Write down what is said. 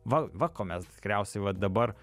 va va ko mes tikriausiai vat dabar